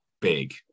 big